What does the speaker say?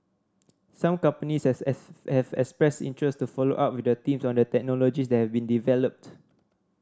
some companies has have expressed interest to follow up with the teams on the technologies that have been developed